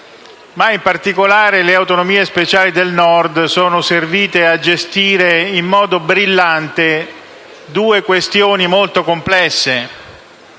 In particolare, le autonomie speciali del Nord sono servite a gestire in modo brillante due questioni molto complesse.